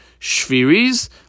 Shviri's